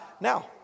Now